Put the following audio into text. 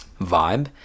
vibe